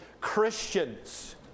Christians